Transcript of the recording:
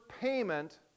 payment